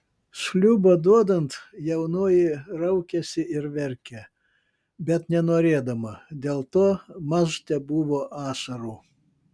šliūbą duodant jaunoji raukėsi ir verkė bet nenorėdama dėl to maž tebuvo ašarų